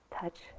touch